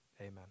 Amen